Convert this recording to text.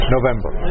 November